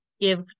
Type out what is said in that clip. give